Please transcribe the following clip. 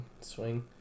swing